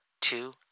two